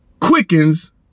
quickens